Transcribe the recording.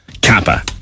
Kappa